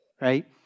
Right